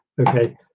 okay